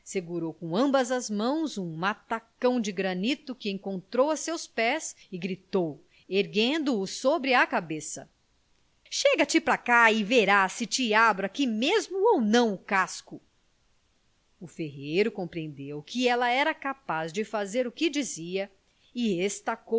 com ambas as mãos um matacão de granito que encontrou a seus pés e gritou erguendo o sobre a cabeça chega-te pra cá e verás se te abro aqui mesmo ou não o casco o ferreiro compreendeu que ela era capaz de fazer o que dizia e estacou